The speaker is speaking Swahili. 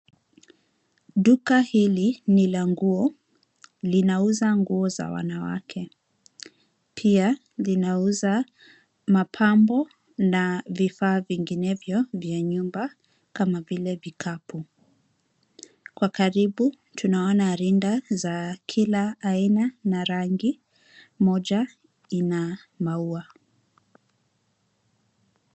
Duka hili ni la nguo. Linauza nguo za wanawake. Pia linauza mapambo na vifaa vinginevyo vya nyumba, kama vile vikapu. Kwa karibu, tunaona rinda za kila aina na rangi, moja ina maua.